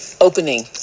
Opening